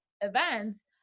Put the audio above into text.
events